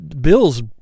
bills